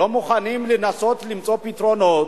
לא מוכנים לנסות למצוא פתרונות,